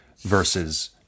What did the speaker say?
versus